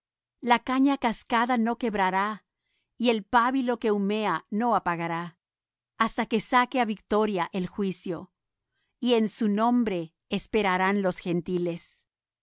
la caña cascada no quebrará y el pábilo que humea no apagará hasta que saque á victoria el juicio y en su nombre esperarán los gentiles